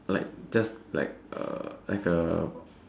like just like as a